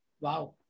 Wow